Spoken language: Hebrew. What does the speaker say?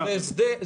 זאת הוראה.